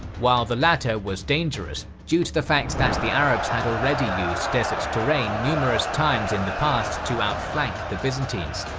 while the latter was dangerous due to the fact that the arabs had already used ah so desert terrain numerous times in the past to outflank the byzantines.